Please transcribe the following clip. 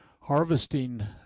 harvesting